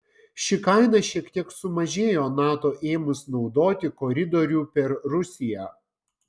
ši kaina šiek tiek sumažėjo nato ėmus naudoti koridorių per rusiją